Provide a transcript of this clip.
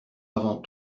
avant